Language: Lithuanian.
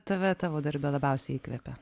tave tavo darbe labiausiai įkvepia